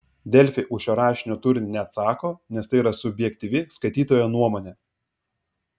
delfi už šio rašinio turinį neatsako nes tai yra subjektyvi skaitytojo nuomonė